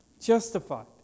justified